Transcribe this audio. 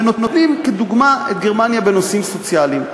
ונותנים כדוגמה את גרמניה בנושאים סוציאליים.